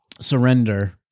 surrender